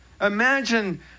Imagine